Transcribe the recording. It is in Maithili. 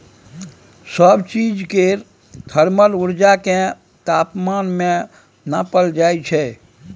सब चीज केर थर्मल उर्जा केँ तापमान मे नाँपल जाइ छै